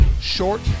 Short